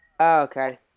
Okay